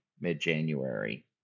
mid-January